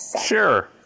sure